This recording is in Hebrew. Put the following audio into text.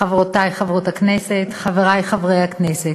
חברותי חברות הכנסת, חברי חברי הכנסת,